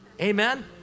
Amen